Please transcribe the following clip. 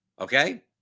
Okay